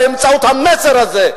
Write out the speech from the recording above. באמצעות המסר הזה,